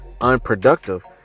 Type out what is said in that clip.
unproductive